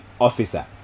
officer